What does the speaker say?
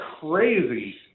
crazy